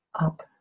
up